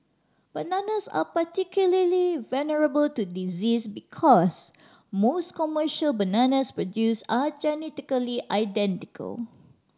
bananas are particularly vulnerable to disease because most commercial bananas produced are genetically identical